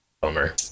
bummer